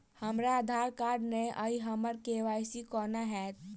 हमरा आधार कार्ड नै अई हम्मर के.वाई.सी कोना हैत?